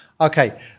Okay